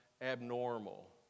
abnormal